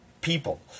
people